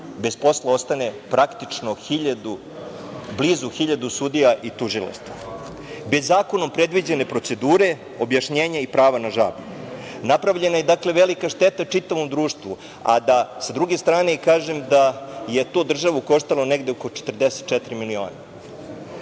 bez posla ostane praktično hiljadu, blizu hiljadu sudija i tužilaštva, bez zakonom predviđene procedure objašnjenje i prava na žalbu, napravljena je dakle velika šteta čitavom društvu, a da sa druge strane i kažem da je to državu koštalo negde oko 44 miliona.